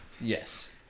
Yes